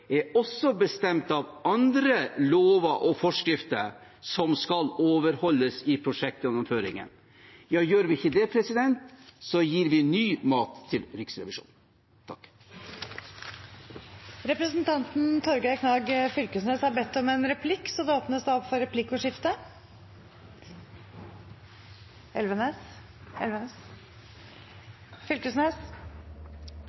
er også bestemt av andre lover og forskrifter som skal overholdes i prosjektgjennomføringen. Gjør vi ikke det, gir vi ny mat til Riksrevisjonen. Det blir replikkordskifte. Det er veldig interessant at det er representanten Hårek Elvenes som tar ordet i denne saka. Han har jo hatt ei rolle i noko av det